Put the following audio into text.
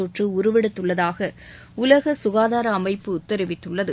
தொற்று உருவெடுத்துள்ளதாக உலக சுகாதார அமைப்பு தெரிவித்துள்ளது